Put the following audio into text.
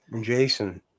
Jason